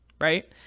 right